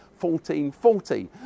1440